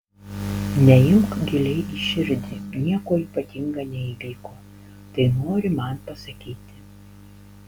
neimk giliai į širdį nieko ypatinga neįvyko tai nori man pasakyti